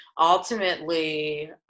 ultimately